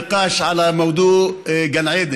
להלן תרגומם הסימולטני: היה דיון על נושא גן העדן)